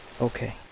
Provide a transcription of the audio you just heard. Okay